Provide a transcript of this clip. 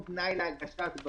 מי נגד?